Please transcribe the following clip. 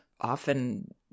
often